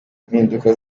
mpinduka